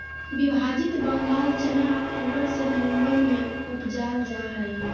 विभाजित बंगाल चना अक्टूबर से ननम्बर में उपजाल जा हइ